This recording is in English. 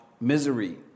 misery